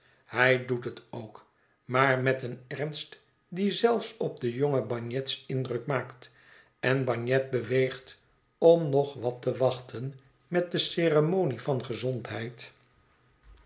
hij doet het ook maar met een ernst die zelfs op de jonge bagnet's indruk maakt en bagnet beweegt om nog wat te wachten met de ceremonie van de gezondheid